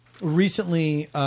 recently